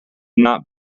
not